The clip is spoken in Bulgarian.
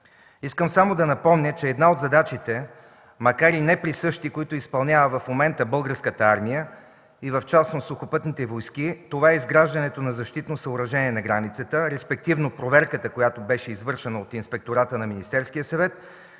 Искам само да напомня, че една от задачите, макар и неприсъщи, които изпълнява в момента Българската армия и в частност Сухопътни войски, е изграждането на защитно съоръжение на границата, респективно проверката, която беше извършена от Инспектората на Министерския съвет